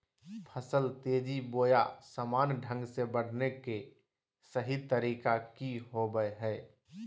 फसल तेजी बोया सामान्य से बढने के सहि तरीका कि होवय हैय?